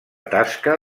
tasca